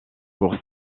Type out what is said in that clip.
pour